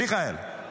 מיכאל?